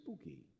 spooky